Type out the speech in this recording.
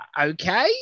okay